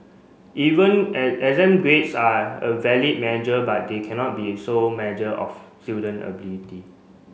even exam grades are a valid measure but they cannot be sole measure of student ability